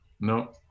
No